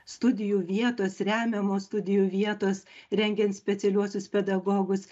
studijų vietos remiamos studijų vietos rengiant specialiuosius pedagogus